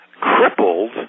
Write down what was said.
crippled